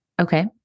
Okay